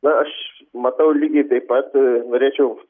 na aš matau lygiai taip pat norėčiau